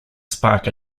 spark